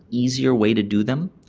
easier way to do them,